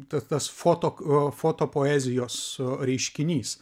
ta tas foto foto poezijos reiškinys